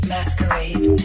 Masquerade